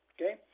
Okay